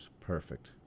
Perfect